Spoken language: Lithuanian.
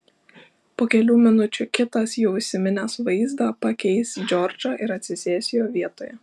po kelių minučių kitas jau įsiminęs vaizdą pakeis džordžą ir atsisės jo vietoje